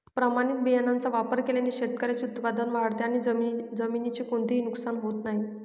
प्रमाणित बियाण्यांचा वापर केल्याने शेतकऱ्याचे उत्पादन वाढते आणि जमिनीचे कोणतेही नुकसान होत नाही